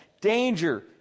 danger